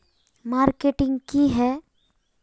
Marketing की है?